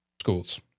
schools